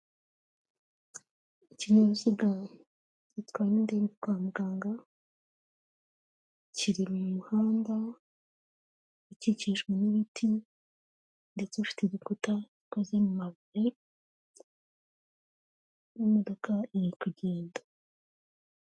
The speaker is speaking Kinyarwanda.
Ikinyabiziga gitwara indembe kwa muganga, kiri mu muhanda ukikijwe n'ibiti ndetse ufite igikuta gikoze mu mabuye, imodoka iri kugenda.